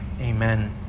Amen